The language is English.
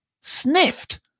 sniffed